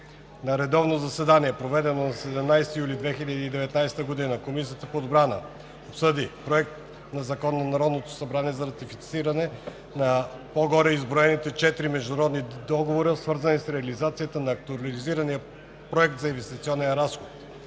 На редовно заседание, проведено на 17 юли 2019 г., Комисията по отбрана обсъди Проекта на закон на Народното събрание за ратифициране на по-горе изброените четири международни договора, свързани с реализацията на Актуализиран проект за инвестиционен разход.